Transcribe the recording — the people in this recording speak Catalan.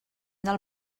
del